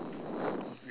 we'll be doing